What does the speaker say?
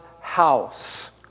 house